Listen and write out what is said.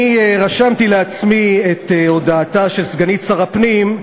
אני רשמתי לעצמי את הודעתה של סגנית שר הפנים,